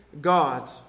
God